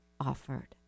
offered